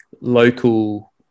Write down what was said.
local